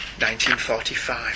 1945